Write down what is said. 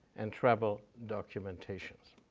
and travel documentations.